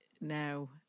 now